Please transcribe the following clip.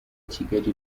kigali